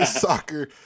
soccer